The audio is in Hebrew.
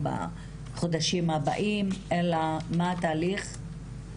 בה זכויות סוציאליות --- אנחנו יודעות.